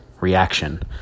reaction